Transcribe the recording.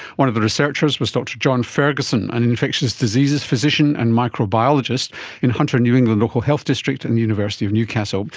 one of the researchers was dr john ferguson, an infectious diseases physician and microbiologist in hunter new england local health district and in the university of newcastle,